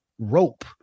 Rope